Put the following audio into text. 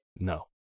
No